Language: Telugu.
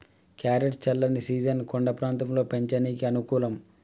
క్యారెట్ చల్లని సీజన్ కొండ ప్రాంతంలో పెంచనీకి అనుకూలం